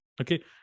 Okay